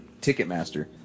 Ticketmaster